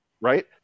Right